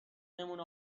نمونه